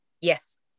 Yes